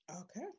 Okay